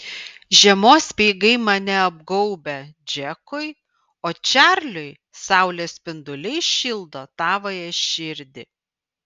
žiemos speigai mane apgaubia džekui o čarliui saulės spinduliai šildo tavąją širdį